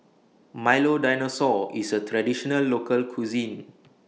Milo Dinosaur IS A Traditional Local Cuisine